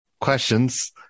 questions